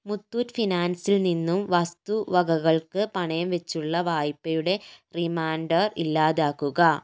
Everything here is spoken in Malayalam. മുത്തൂറ്റ് ഫിനാൻസിൽ നിന്നും വസ്തുവകകൾക്ക് പണയംവെച്ചുള്ള വായ്പയുടെ റിമൈൻഡർ ഇല്ലാതാക്കുക